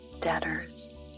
debtors